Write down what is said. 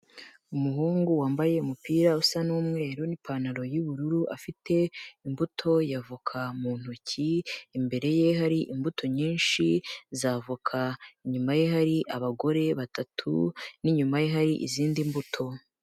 Umuhungu wambaye umupira usa n'umweru n'ipantaro y'ubururu, afite imbuto y'avoka mu ntoki, imbere ye hari imbuto nyinshi z'avoka, inyuma ye hari abagore batatu n'inyuma ye hari izindi mbuto.